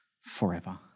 forever